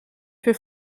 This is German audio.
für